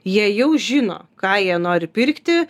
jie jau žino ką jie nori pirkti